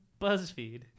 BuzzFeed